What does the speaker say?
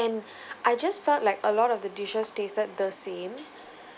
and I just felt like a lot of the dishes tasted the same